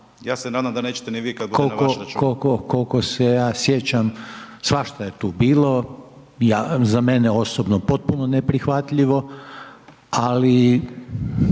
Ja se nadam da nećete ni vi kad bude na vaš račun./... Koliko se ja sjećam, svašta je tu bilo, ja, za mene osobno potpuno neprihvatljivo, ali,